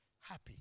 happy